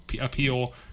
appeal